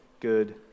good